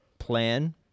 plan